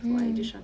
mm